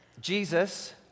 jesus